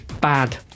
bad